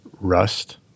rust